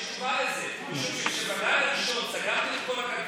יש תשובה לזה: משום שסגרתם את כל הכלכלה,